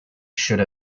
should